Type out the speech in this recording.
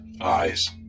eyes